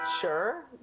Sure